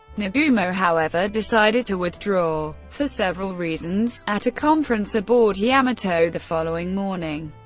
nagumo, however, decided to withdraw for several reasons at a conference aboard yamato the following morning,